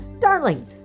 Darling